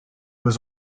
was